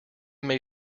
may